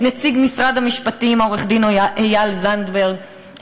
נציג משרד המשפטים עו"ד איל זנדברג,